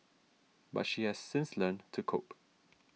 but she has since learnt to cope